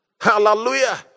Hallelujah